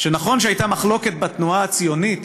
שנכון שהייתה מחלוקת בתנועה הציונית